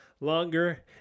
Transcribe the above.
longer